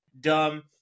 dumb